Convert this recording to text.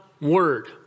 word